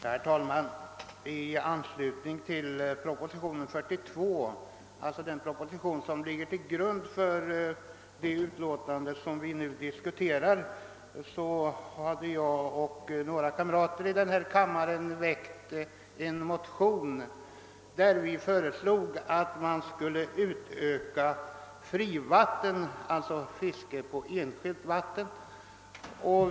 Herr talman! I anslutning till proposition nr 42, som ligger till grund för det utlåtande vi nu diskuterar, har jag och några andra ledamöter av denna kammare väckt en motion, i vilken vi föreslagit ökade möjligheter till fritidsfiske på enskilt vatten.